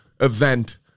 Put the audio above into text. event